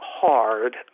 hard